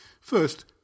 First